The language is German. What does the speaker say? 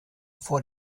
vor